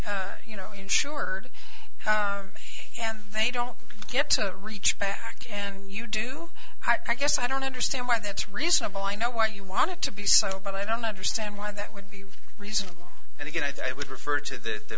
you know insured and they don't get to reach back and you do i guess i don't understand why that's reasonable i know why you want to be subtle but i don't understand why that would be reasonable and again i would refer to the